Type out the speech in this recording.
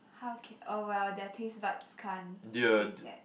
how can oh well their tastebuds can't take that